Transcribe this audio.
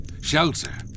shelter